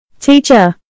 Teacher